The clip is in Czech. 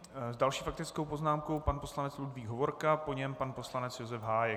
S další faktickou poznámkou pan poslanec Ludvík Hovorka, po něm pan poslanec Josef Hájek.